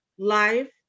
Life